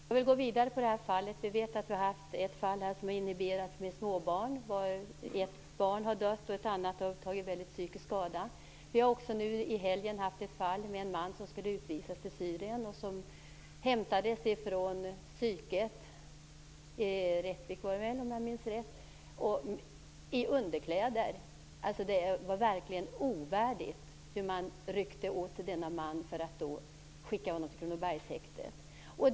Herr talman! Jag vill gå vidare i den här frågan. Vi vet att det har förekommit ett fall med småbarn. Ett barn har dött, och ett annat har tagit stor psykisk skada. Vi hade i helgen ett fall med en man som skulle utvisas till Syrien och hämtades i underkläder från psyket i Rättvik, om jag minns rätt. Handlandet när man ryckte åt sig denne man för att skicka honom till Kronobergshäktet var verkligen ovärdigt.